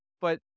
but-